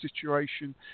situation